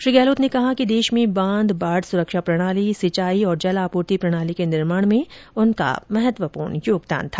श्री गहलोत ने कहा कि देश में बांध बाढ़ सुरक्षा प्रणाली सिंचाई और जल आपूर्ति प्रणाली के निर्माण मे उनका महत्वपूर्ण योगदान था